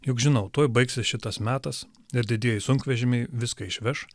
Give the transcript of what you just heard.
juk žinau tuoj baigsis šitas metas ir didieji sunkvežimiai viską išveš